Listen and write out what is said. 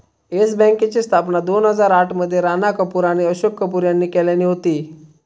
yes बँकेची स्थापना दोन हजार आठ मध्ये राणा कपूर आणि अशोक कपूर यांनी केल्यानी होती